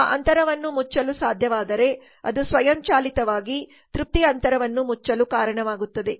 ಆ ಅಂತರವನ್ನು ಮುಚ್ಚಲು ಸಾಧ್ಯವಾದರೆ ಅದು ಸ್ವಯಂಚಾಲಿತವಾಗಿ ತೃಪ್ತಿ ಅಂತರವನ್ನು ಮುಚ್ಚಲು ಕಾರಣವಾಗುತ್ತದೆ